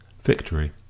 VICTORY